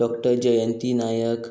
doctor Jayanti Naik